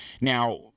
Now